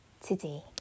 today